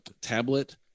tablet